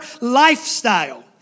lifestyle